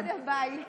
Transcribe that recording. עוד שבוע מחליפים